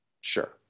Sure